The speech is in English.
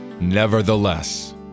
Nevertheless